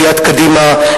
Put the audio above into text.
סיעת קדימה,